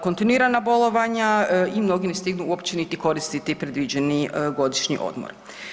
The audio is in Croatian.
Kontinuirana bolovanja i mnogi ne stignu uopće niti koristiti predviđeni godišnji odmor.